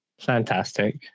Fantastic